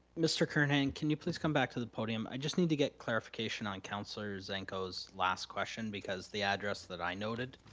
mr. kernahan, can you please come back to the podium? i just need to get clarification on councilor zanko's last question because the address that i noted